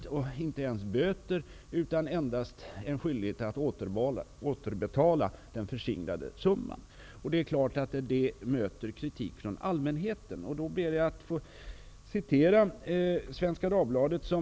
Det blev inte ens böter, utan endast en skyldighet att återbetala den förskingrade summan. Det möter självfallet kritik från allmänheten. Jag ber att få citera Svenska Dagbladet, som ...